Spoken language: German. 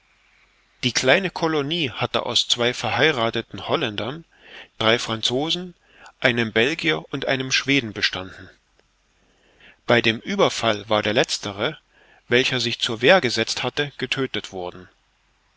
die kleine colonie hatte aus zwei verheiratheten holländern drei franzosen einem belgier und einem schweden bestanden bei dem ueberfall war der letztere welcher sich zur wehr gesetzt hatte getödtet worden